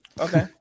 Okay